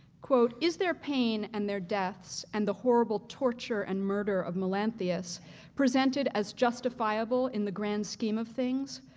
is their pain and their deaths and the horrible torture and murder of melanthius presented as justifiable in the grand scheme of things,